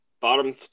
bottom